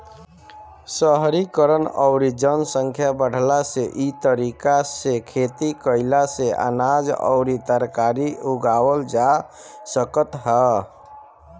शहरीकरण अउरी जनसंख्या बढ़ला से इ तरीका से खेती कईला से अनाज अउरी तरकारी उगावल जा सकत ह